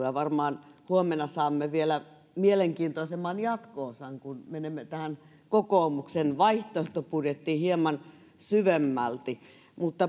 ja varmaan huomenna saamme vielä mielenkiintoisemman jatko osan kun menemme tähän kokoomuksen vaihtoehtobudjettiin hieman syvemmälti